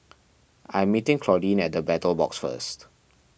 I am meeting Claudine at the Battle Box first